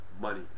money